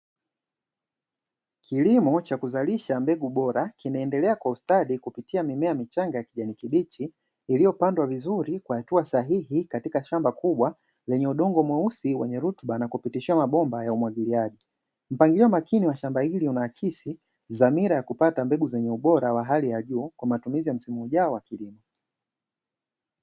Kilimo cha kuzalisha mbegu bora kinaendelea kwa ustadi kupitia mimea michanga ya kijani kibichi iliyopandwa vizuri kwa hatua sahihi katika shamba kubwa lenye udongo mweusi wenye rutuba na kupitishiwa mabomba ya umwagiliaji. Mpangilio makini wa shamba hili unaakisi dhamira ya kupata mbegu zenye ubora wa hali ya juu kwa matumizi ya msimu ujao wa kilimo.